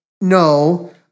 no